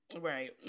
right